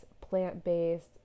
plant-based